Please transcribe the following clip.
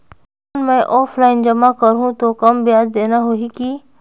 कौन मैं ऑफलाइन जमा करहूं तो कम ब्याज देना होही की?